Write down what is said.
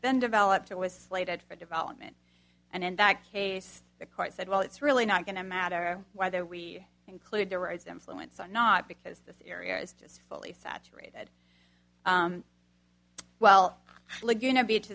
been developed or was slated for development and in that case the court said well it's really not going to matter whether we include or its influence on not because the area is just fully saturated well laguna beach